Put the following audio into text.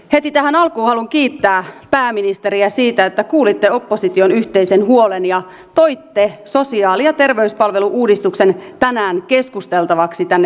heti tähän alkuun haluan kiittää pääministeriä siitä että kuulitte opposition yhteisen huolen ja toitte sosiaali ja terveyspalvelu uudistuksen tänään keskusteltavaksi tänne saliin